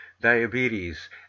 diabetes